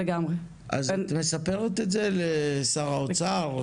את מספרת את זה לשר האוצר?